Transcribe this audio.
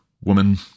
woman